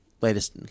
latest